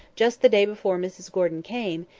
just the day before mrs gordon came,